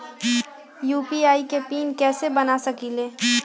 UPI के PIN कैसे बना सकीले?